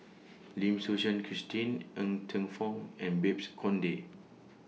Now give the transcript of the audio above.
Lim Suchen Christine Ng Teng Fong and Babes Conde